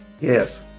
Yes